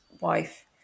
wife